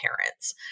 parents